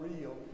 real